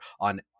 on